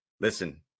listen